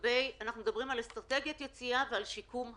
אנחנו מדברים על אסטרטגיית יציאה ועל שיקום המשק.